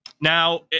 Now